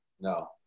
no